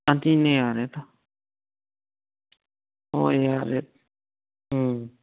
ꯌꯥꯔꯦꯗ ꯍꯣꯏ ꯌꯥꯔꯦ ꯎꯝ